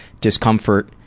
discomfort